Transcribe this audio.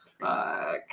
Fuck